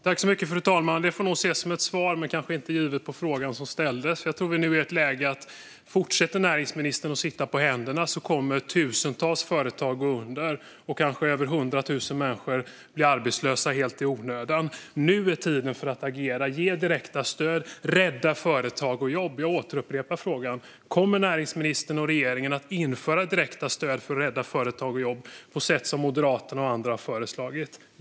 Fru talman! Det får nog ses som ett svar men kanske inte på frågan som ställdes. Jag tror att om näringsministern i det här läget fortsätter att sitta på händerna kommer tusentals företag att gå under och kanske över 100 000 människor att bli arbetslösa helt i onödan. Nu är det tid att agera, ge direkta stöd och rädda företag och jobb. Jag upprepar min fråga: Kommer näringsministern och regeringen att införa direkta stöd för att rädda företag och jobb på det sätt som Moderaterna och andra har föreslagit?